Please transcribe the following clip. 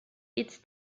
its